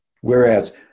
Whereas